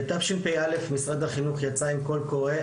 ב-תשפ"א משרד החינוך יצא עם קול קורא,